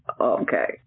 Okay